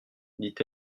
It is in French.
dit